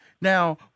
Now